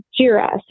Jira